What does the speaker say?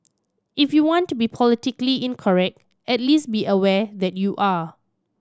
if you want to be politically incorrect at least be aware that you are